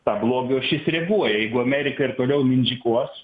ta blogio ašis reaguoja jeigu amerika ir toliau mindžikuos